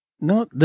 No